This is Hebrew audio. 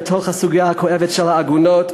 בסוגיה הכואבת של העגונות.